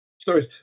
stories